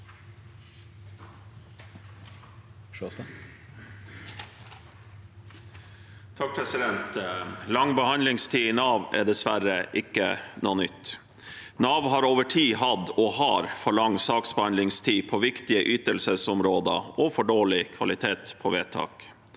(A) Lang behandlingstid i Nav er dessverre ikke noe nytt. Nav har over tid hatt og har for lang saksbehandlingstid på viktige ytelsesområder og for dårlig kvalitet på vedtak.